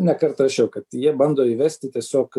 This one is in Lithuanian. nekart rašiau kad jie bando įvesti tiesiog